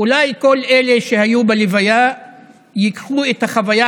אולי כל אלה שהיו בלוויה ייקחו את החוויה